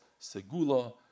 segula